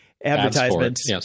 Advertisements